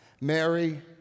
Mary